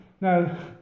Now